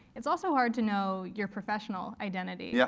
it's also hard to know your professional identity, yeah